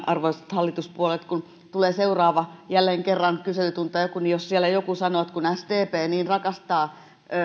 hallituspuolueet kun tulee seuraava kyselytunti tai joku niin jos siellä jälleen kerran joku sanoo että kun sdp niin rakastaa